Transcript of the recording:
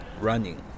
running